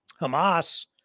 Hamas